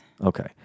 Okay